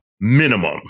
minimum